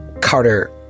Carter